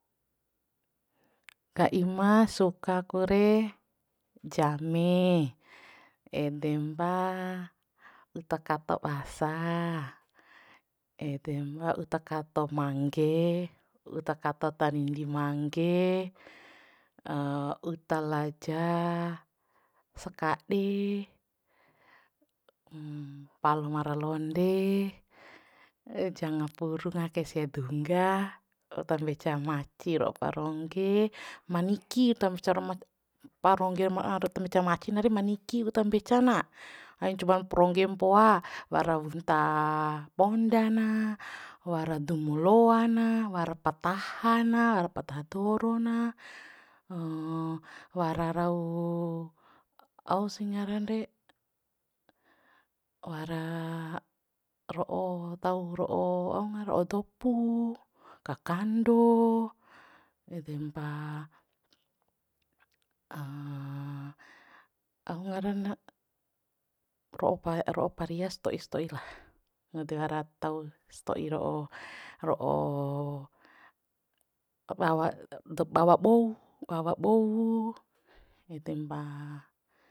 Ka ima suka ku re jame edempa uta kato basa edem ra uta kato mangge uta kato tanindi mangge uta laja sakad'i palmara londe janga puru ngaha kai sia dungga uta mbeca maci ro'o parongge ma niki tambeca parongge tambeca maci na re ma niki uta mbeca na ain cuma prongge mpoa wara wunta ponda na wara dumu loa na wara pataha na wara pataha doro na wara rau au sih ngaran re wara ro'o taw ro'o aunga ro'o dopu kakando edempa au ngarana ro'o pa ro'o paria sto'i sto'i lah nggo ede wara tausto'i ro'o ro'o bawa bou bawa bou edempa